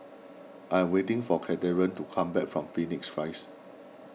I am waiting for Cathern to come back from Phoenix Rise